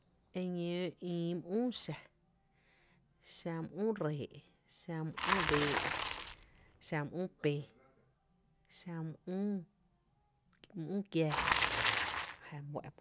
Eñóo íi my üü xa: xa my üü ree’, xa my üü bee’, xa mý üü pee, xa mÿ üü kiáá jää my fá’n ba ejö.